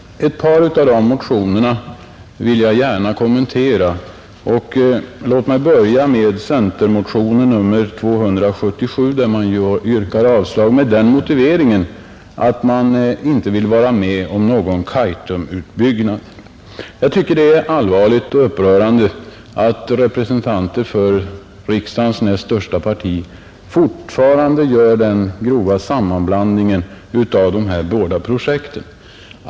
Ett par av dessa motioner vill jag gärna kommentera. Låt mig börja med centermotionen nr 277, där man yrkar avslag på propositionsförslaget med den motiveringen, att man inte vill vara med om någon Kaitumutbyggnad. Jag tycker att det är allvarligt och upprörande att representanter för riksdagens näst största parti fortfarande gör den grova sammanblandningen av dessa båda projekt.